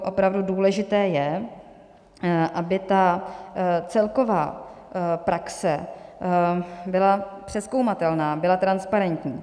Opravdu důležité je, aby celková praxe byla přezkoumatelná, byla transparentní.